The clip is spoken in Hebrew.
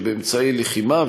באמצעי לחימה,